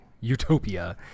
utopia